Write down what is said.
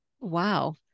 Wow